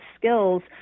skills